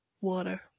water